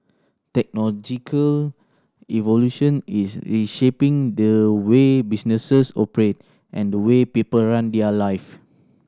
technological is reshaping the way businesses operate and the way people run their lives